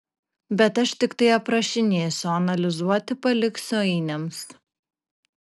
bet aš tiktai aprašinėsiu o analizuoti paliksiu ainiams